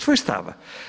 Svoj stav.